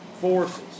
forces